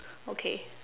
okay